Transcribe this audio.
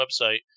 website